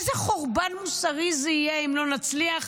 איזה חורבן מוסרי זה יהיה אם לא נצליח